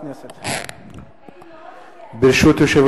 בעד, 13 חברי כנסת, נגד, אין,